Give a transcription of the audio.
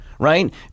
Right